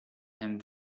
him